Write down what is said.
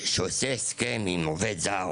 שעושה הסכם עם עובד זר